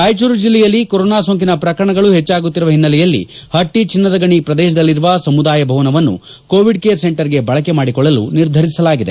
ರಾಯಚೂರು ಜಿಲ್ಲೆಯಲ್ಲಿ ಕೊರೋನಾ ಸೋಂಕಿನ ಪ್ರಕರಣಗಳು ಹೆಚ್ಚಾಗುತ್ತಿರುವ ಹಿನ್ನೆಲೆಯಲ್ಲಿ ಹಟ್ಟಿ ಚಿನ್ನದ ಗಣಿ ಪ್ರದೇಶದಲ್ಲಿರುವ ಸಮುದಾಯ ಭವನವನ್ನು ಕೋವಿಡ್ ಕೇರ್ ಸೆಂಟರ್ ಗೆ ಬಳಕೆಮಾಡಿಕೊಳ್ಳಲು ನಿರ್ಧಾರಿಸಲಾಗಿದೆ